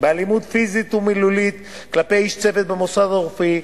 נקט אלימות פיזית או מילולית כלפי איש צוות במוסד הרפואי,